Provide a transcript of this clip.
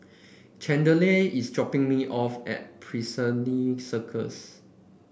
Chandler is dropping me off at Piccadilly Circus